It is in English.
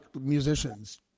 musicians